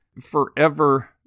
forever